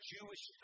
Jewish